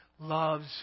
Loves